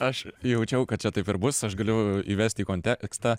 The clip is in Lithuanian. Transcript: aš jaučiau kad čia taip ir bus aš galiu įvest į kontekstą